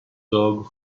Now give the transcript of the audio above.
dog